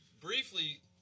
briefly